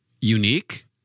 unique